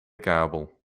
kabel